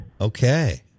Okay